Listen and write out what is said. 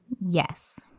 Yes